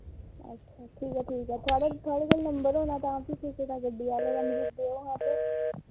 अच्छा ठीक ऐ ठीक ऐ थुआढ़े थुआढ़े कोल नंबर होना तां फ्ही कुसै दा गड्डी आह्ले दा मिगी देओ हां ते